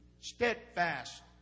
steadfast